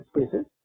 spaces